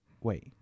wait